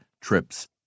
TRIPS